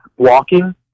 Walking